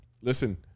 listen